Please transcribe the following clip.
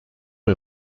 est